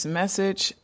message